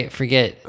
forget